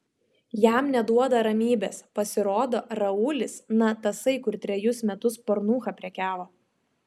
jam neduoda ramybės pasirodo raulis na tasai kur trejus metus pornucha prekiavo